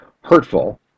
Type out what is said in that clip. hurtful